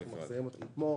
זה כאילו